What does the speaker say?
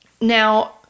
Now